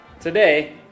today